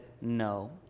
no